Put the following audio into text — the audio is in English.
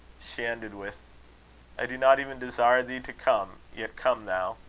she ended with i do not even desire thee to come, yet come thou.